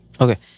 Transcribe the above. Okay